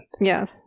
Yes